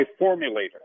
formulator